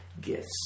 gifts